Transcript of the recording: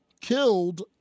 killed